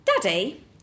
Daddy